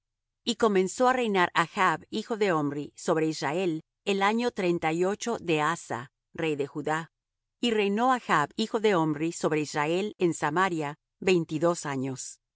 y comenzó á reinar achb hijo de omri sobre israel el año treinta y ocho de asa rey de judá y reinó achb hijo de omri sobre israel en samaria veintidós años y achb hijo de